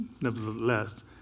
nevertheless